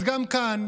אז גם כאן,